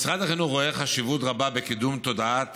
משרד החינוך רואה חשיבות רבה בקידום תודעת